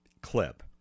clip